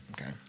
Okay